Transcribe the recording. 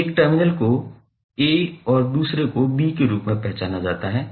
एक टर्मिनल को a और दूसरे को b के रूप में पहचाना जाता है